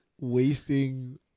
wasting